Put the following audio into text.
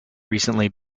recently